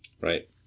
Right